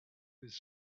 with